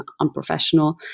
unprofessional